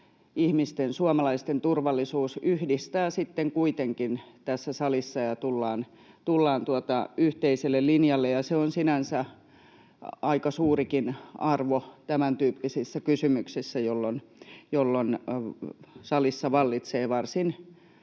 yhteiskunnan, suomalaisten, turvallisuus, yhdistävät sitten kuitenkin tässä salissa, ja tullaan yhteiselle linjalle. Se on sinänsä aika suurikin arvo tämäntyyppisissä kysymyksissä, että salissa vallitsee varsin